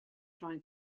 trying